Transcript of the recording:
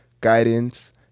guidance